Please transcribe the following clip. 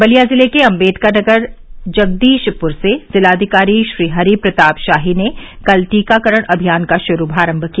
बलिया जिले के अम्बेडकरनगर जगदीशपुर से जिलाधिकारी श्रीहरि प्रताप शाही ने कल टीकाकरण अभियान का शुभारम्भ किया